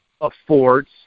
affords